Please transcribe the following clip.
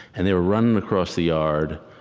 and they were running across the yard,